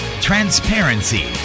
transparency